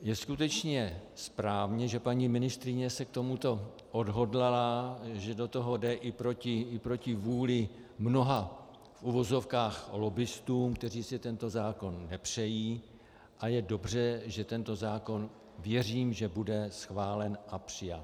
Je skutečně správně, že paní ministryně se k tomuto odhodlala, že do toho jde i proti vůli mnoha v uvozovkách lobbistů, kteří si tento zákon nepřejí, a je dobře, že tento zákon, věřím, bude schválen a přijat.